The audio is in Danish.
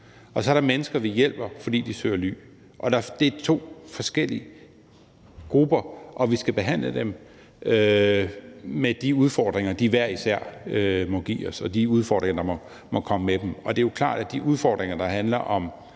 og så er der mennesker, vi hjælper, fordi de søger ly. Det er to forskellige grupper, og vi skal behandle dem med de udfordringer, de hver især må give os, og de udfordringer, der må komme med dem. Og det er jo klart, at de udfordringer, der handler om